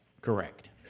correct